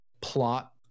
plot